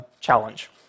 challenge